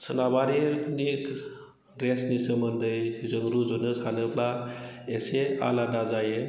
सोनाबारिनि ड्रेसनि सोमोन्दै जों रुजुनो हानोब्ला एसे आलादा जायो